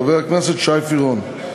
חבר הכנסת שי פירון,